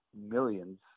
millions